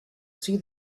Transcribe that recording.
see